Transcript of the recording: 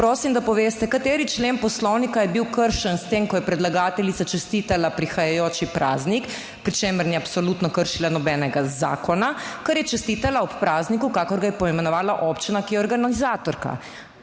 prosim, da poveste kateri člen Poslovnika je bil kršen s tem, ko je predlagateljica čestitala prihajajoči praznik. Pri čemer ni absolutno kršila nobenega zakona, ker je čestitala ob prazniku, kakor ga je poimenovala občina, ki je organizatorka.